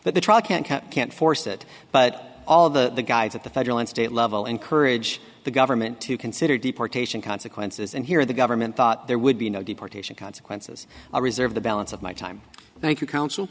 that the trial can't can't force it but all of the guys at the federal and state level encourage the government to consider deportation consequences and here the government thought there would be no deportation consequences i reserve the balance of my time thank you coun